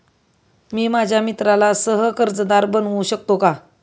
मी माझ्या मित्राला सह कर्जदार बनवू शकतो का?